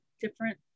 different